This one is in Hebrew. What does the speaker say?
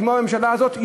כמו הממשלה הזאת,